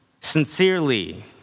Sincerely